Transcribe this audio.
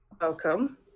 Welcome